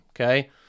okay